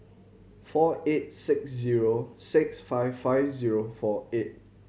four eight six zero six five five zero four eight